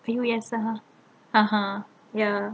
yes uh !huh! ya